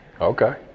Okay